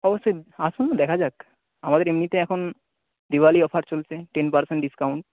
অবশ্যই আসুন দেখা যাক আমাদের এমনিতেই এখন দিওয়ালি অফার চলছে টেন পারসেন্ট ডিসকাউন্ট